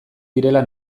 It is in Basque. direla